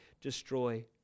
destroy